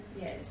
yes